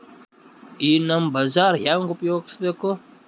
ಈ ನಮ್ ಬಜಾರ ಹೆಂಗ ಉಪಯೋಗಿಸಬೇಕು?